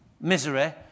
misery